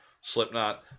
Slipknot